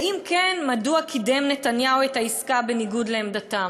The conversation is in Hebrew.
ואם כן, מדוע קידם נתניהו את העסקה בניגוד לעמדתם?